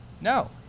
No